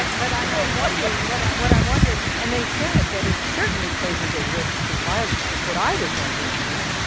but but and i'm wondering what ah what i'm wondering and they said that it certainly poses a risk to wildlife. what i was wondering is,